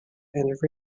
and